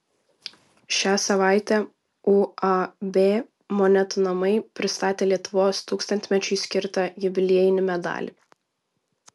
šią savaitę uab monetų namai pristatė lietuvos tūkstantmečiui skirtą jubiliejinį medalį